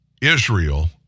Israel